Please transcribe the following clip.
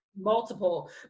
multiple